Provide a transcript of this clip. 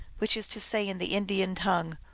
which is to say in the indian tongue,